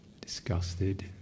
disgusted